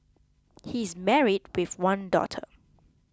he is married with one daughter